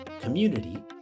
community